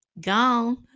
gone